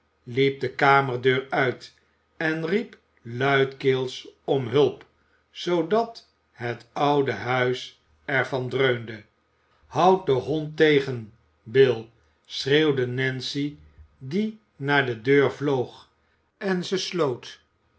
de kamerdeur uit en riep luidkeels om hulp zoodat het oude huis er van dreunde houd den hond tegen bill schreeuwde nancy die naar de deur vloog en ze sloot